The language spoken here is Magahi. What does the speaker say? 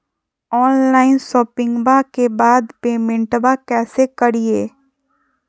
ऑनलाइन शोपिंग्बा के बाद पेमेंटबा कैसे करीय?